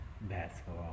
basketball